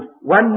one